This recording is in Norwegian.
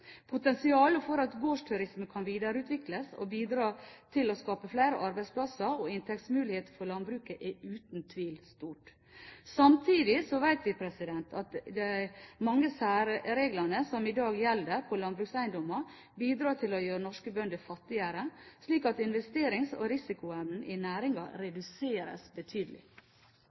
Potensialet for at gårdsturisme kan videreutvikles og bidra til å skape flere arbeidsplasser og inntektsmuligheter for landbruket er uten tvil stort. Samtidig vet vi at de mange særreglene som i dag gjelder for landbrukseiendommer, bidrar til å gjøre norske bønder fattigere, slik at investerings- og risikoevnen i næringen reduseres betydelig.